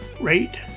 rate